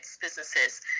businesses